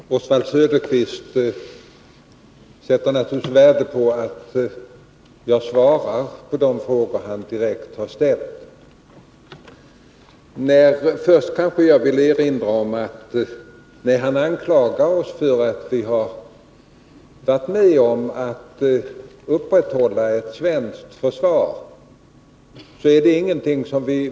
Fru talman! Oswald Söderqvist sätter naturligtvis värde på att jag svarar på de frågor som han direkt har ställt. Först vill jag erinra om att vi inte tar illa upp, när han anklagar oss för att ha varit med om att upprätthålla ett svenskt försvar.